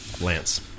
lance